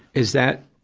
is that,